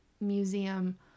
museum